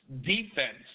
defense